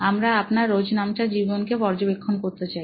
আমরা আপনার রোজনামচা জীবনের পর্যবেক্ষণ করতে চাই